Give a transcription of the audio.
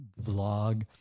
vlog